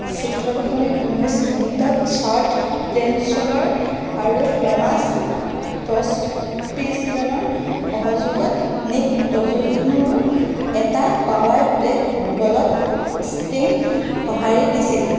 চৈধ্য দশমিক ঊনৈশ মিনিটত চাড পেইনচডৰ আৰু টমাছ পস্পিছিলনৰ সহযোগত নিক তুজোলিনোৰ এটা পাৱাৰ প্লে' গ'লত ষ্টিং সঁহাৰি দিছিল